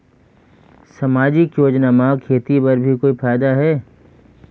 समाजिक योजना म खेती बर भी कोई फायदा है?